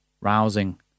rousing